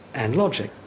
and logic.